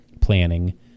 planning